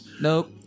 Nope